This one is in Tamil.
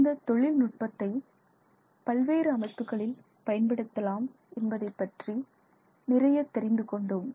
இந்த தொழில் நுட்பத்தை பல்வேறு அமைப்புகளில் பயன்படுத்தலாம் என்பதை பற்றி நிறைய தெரிந்து கொண்டோம்